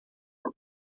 were